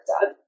done